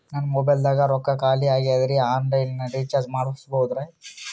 ನನ್ನ ಮೊಬೈಲದಾಗ ರೊಕ್ಕ ಖಾಲಿ ಆಗ್ಯದ್ರಿ ಆನ್ ಲೈನ್ ರೀಚಾರ್ಜ್ ಮಾಡಸ್ಬೋದ್ರಿ?